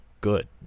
good